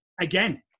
Again